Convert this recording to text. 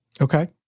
Okay